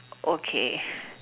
okay